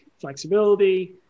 flexibility